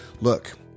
Look